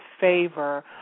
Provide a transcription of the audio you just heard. favor